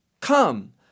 come